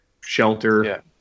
shelter